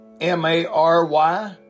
m-a-r-y